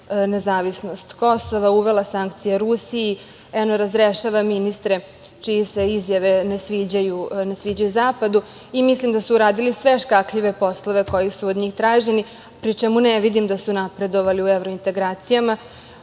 nezavisnost Kosova, uvela sankcije Rusije, eno, razrešava ministre čije se izjave ne sviđaju zapadu i mislim da su uradili sve škakljive poslove koji su od njih traženi, pri čemu ne vidim da su napredovali u evrointegracijama,